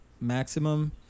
maximum